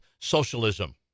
socialism